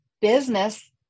business